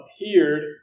appeared